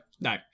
no